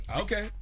Okay